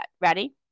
ready